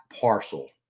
parcel